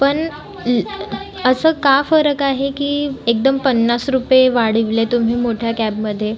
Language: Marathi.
पण असं का फरक आहे की एकदम पन्नास रुपये वाढवले तुम्ही मोठ्या कॅबमध्ये